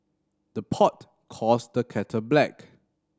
the pot calls the kettle black